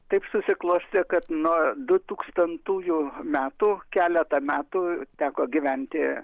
taip susiklostė kad nuo du tūkstantųjų metų keletą metų teko gyventi